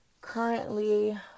currently